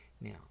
now